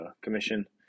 commission